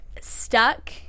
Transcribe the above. stuck